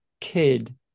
kid